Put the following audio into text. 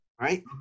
right